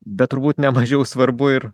bet turbūt ne mažiau svarbu ir